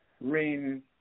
rain